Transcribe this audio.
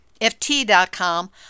ft.com